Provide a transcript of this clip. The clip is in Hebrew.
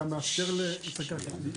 אתה מאפשר לישראכרט בעצם